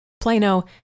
Plano